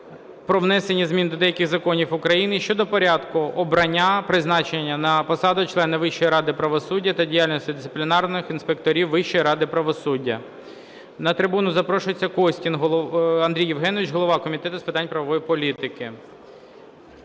про внесення змін до деяких законів України щодо порядку обрання (призначення) на посади членів Вищої ради правосуддя та діяльності дисциплінарних інспекторів Вищої ради правосуддя. На трибуну запрошується Костін Андрій Євгенович, голова Комітету з питань правової політики.